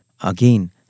again